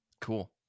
Cool